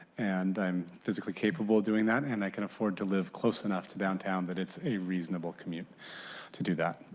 and i'm physically capable of doing that and i can afford to live close enough to downtown that it's a reasonable commute to do that.